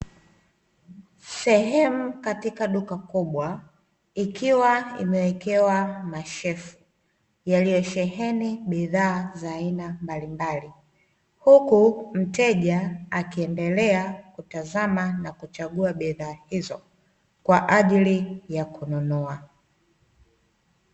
Sehemu katika duka kubwa ikiwa imewekewa mashelfu yaliyosheheni bidhaa za aina mbalimbali, huku mteja akiendelea kutazama na kuchagua bidhaa hizo kwajili ya kununua.